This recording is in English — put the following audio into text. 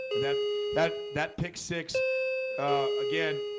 that that that pick six again,